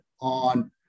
on